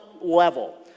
level